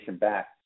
back